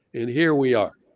and here we are.